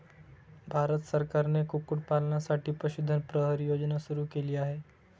भारत सरकारने कुक्कुटपालनासाठी पशुधन प्रहरी योजना सुरू केली आहे